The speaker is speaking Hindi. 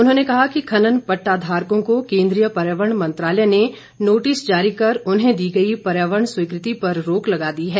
उन्होंने कहा कि खनन पट्टाधारकों को केन्द्रीय पर्यावरण मंत्रालय ने नोटिस जारी कर उन्हें दी गई पर्यावरण स्वीकृति पर रोक लगा दी है